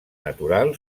natural